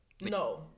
No